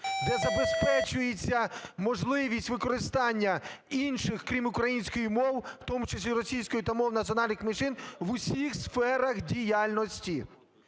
де забезпечується можливість використання інших, крім української, мов, в тому числі російської та мов національних меншин в усіх сферах діяльності.